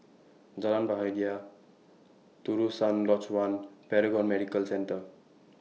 Jalan Bahagia Terusan Lodge one Paragon Medical Centre